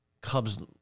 Cubs